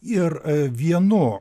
ir vienu